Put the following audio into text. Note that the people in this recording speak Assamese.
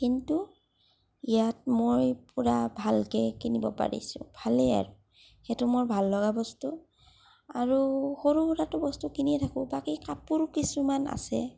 কিন্তু ইয়াত মই পূৰা ভালকে কিনিব পাৰিছো ভালেই আৰু সেইটো মোৰ ভাল লগা বস্তু আৰু সৰু সুৰাটো বস্তু কিনিয়ে থাকো বাকী কাপোৰ কিছুমান আছে